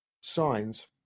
signs